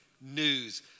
news